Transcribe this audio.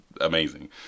amazing